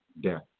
death